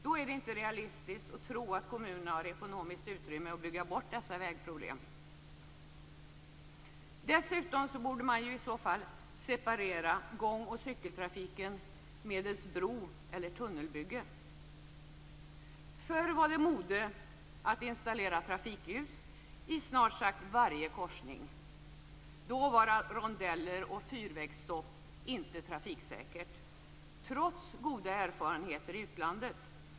Då är det inte realistiskt att tro att kommunerna har ekonomiskt utrymme att bygga bort dessa vägproblem. Dessutom borde man i så fall separera gång och cykeltrafiken medelst bro eller tunnelbygge. Förr var det mode att installera trafikljus i snart sagt varje korsning. Då var rondeller och fyrvägsstopp inte trafiksäkert, trots goda erfarenheter i utlandet.